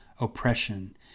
oppression